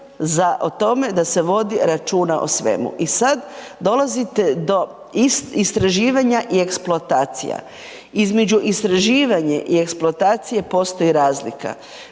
za o tome da se vodi računa o svemu i sad dolazite do istraživanja i eksploatacija. Između istraživanje i eksploatacije postoji razlika.